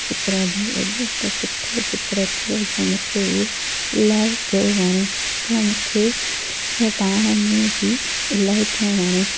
हिकिड़ो ॾींहुं एॾो त सुठो चित्र थियो जो मूंखे उहो इलाही पियो वणे पोइ मूंखे पाण में बि इलाही पियो वणे